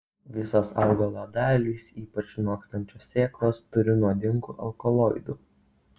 visos augalo dalys ypač nokstančios sėklos turi nuodingų alkaloidų